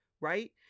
right